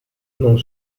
non